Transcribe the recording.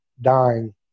dying